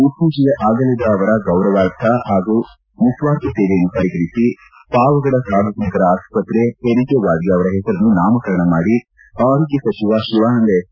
ಇತ್ತೀಚೆಗೆ ಆಗಲಿದ ಅವರ ಗೌರವಾರ್ಥ ಹಾಗೂ ನಿಸ್ವಾರ್ಥ ಸೇವೆಯನ್ನು ಪರಿಗಣಿಸಿ ಪಾವಗಡ ಸಾರ್ವಜನಿಕರ ಆಸ್ವತ್ರೆ ಹೆರಿಗೆ ವಾರ್ಡ್ಗೆ ಅವರ ಹೆಸರನ್ನು ನಾಮಕರಣ ಮಾಡಿ ಆರೋಗ್ಟ ಶಿವಾನಂದ ಎಸ್